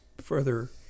further